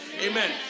Amen